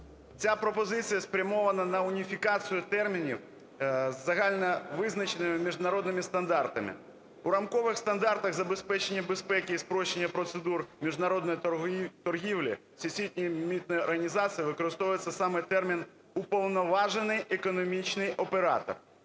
Ця пропозиція спрямована на уніфікацію термінів загально визначеними міжнародними стандартами. У рамкових стандартах забезпечення безпеки і спрощення процедур міжнародної торгівлі всесвітніми організаціями використовується саме термін "уповноважений економічний оператор".